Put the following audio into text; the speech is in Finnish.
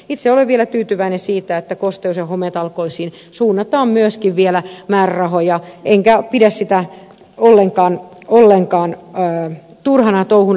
itse olen vielä tyytyväinen siitä että kosteus ja hometalkoisiin suunnataan myöskin vielä määrärahoja enkä pidä sitä ollenkaan turhana touhuna